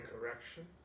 correction